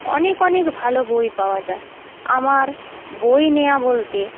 অনেক অনেক ভালো বই পাওয়া যায় আমার বই নেওয়া বলতে